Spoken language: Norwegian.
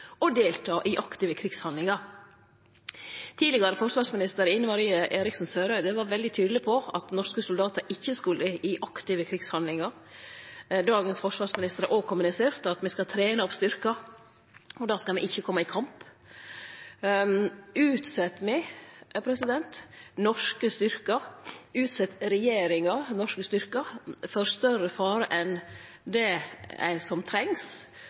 delta i aktive krigshandlingar. Tidlegare forsvarsminister Ine M. Eriksen Søreide var veldig tydeleg på at norske soldatar ikkje skulle i aktive krigshandlingar. Dagens forsvarsminister har òg kommunisert at me skal trene opp styrkar, og der skal me ikkje kome i kamp. Utsett me, utsett regjeringa norske styrkar for større fare enn det som trengst, og utsett ein norske styrkar for større fare enn det